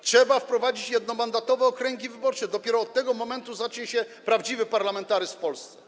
Trzeba wprowadzić jednomandatowe okręgi wyborcze, dopiero od tego momentu zacznie się prawdziwy parlamentaryzm w Polsce.